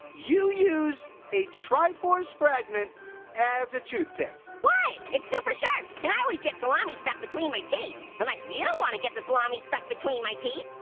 you use a triforce fragment as a toothpick? what? it's super-sharp and i always get salami stuck between my teeth, unless you wanna get the salami stuck between my teeth.